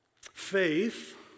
Faith